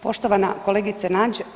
Poštovana kolegice Nađ.